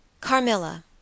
Carmilla